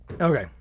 Okay